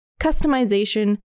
customization